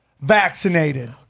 vaccinated